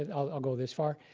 and i'll i'll go this far.